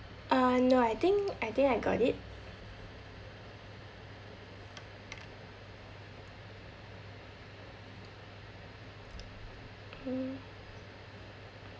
uh no I think I think I got it mm